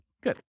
Good